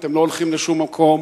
אתם לא הולכים לשום מקום,